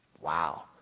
Wow